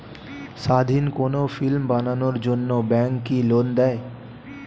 স্বাধীন কোনো ফিল্ম বানানোর জন্য ব্যাঙ্ক কি লোন দেয়?